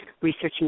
researching